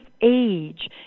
age